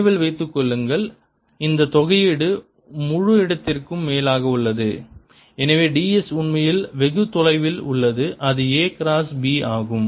நினைவில் வைத்து கொள்ளுங்கள் இந்த தொகையீடு முழு இடத்திற்கும் மேலாக உள்ளது எனவே ds உண்மையில் வெகு தொலைவில் உள்ளது இது A கிராஸ் B ஆகும்